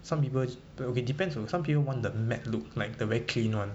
some people but okay depends also some people want the matt look like the very clean [one]